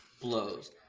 blows